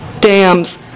dams